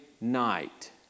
night